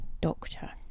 Doctor